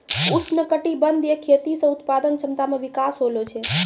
उष्णकटिबंधीय खेती से उत्पादन क्षमता मे विकास होलो छै